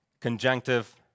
conjunctive